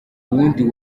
wundi